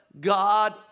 God